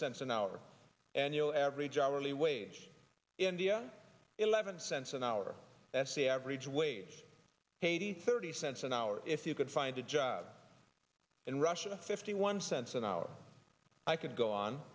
cents an hour and you average hourly wage india eleven cents an hour that's the average wage haiti thirty cents an hour if you could find a job and russia fifty one cents an hour i could go on